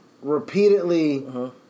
repeatedly